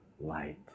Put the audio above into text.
light